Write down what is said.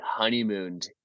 honeymooned